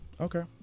okay